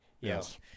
yes